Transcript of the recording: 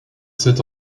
sept